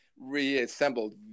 reassembled